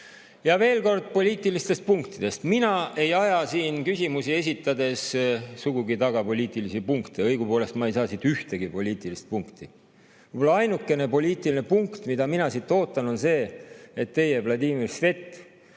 veel kord poliitilistest punktidest. Mina ei aja siin küsimusi esitades sugugi taga poliitilisi punkte, õigupoolest ma ei saa siit ühtegi poliitilist punkti. Mu ainukene poliitiline punkt, mida ma siit ootan, on see, et teie, Vladimir Svet,